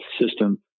system